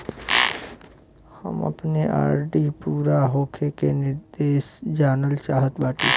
हम अपने आर.डी पूरा होवे के निर्देश जानल चाहत बाटी